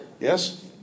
Yes